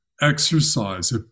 exercise